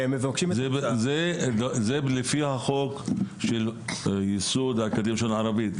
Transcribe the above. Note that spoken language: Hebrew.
זה לפי החוק של ייסוד האקדמיה ללשון הערבית,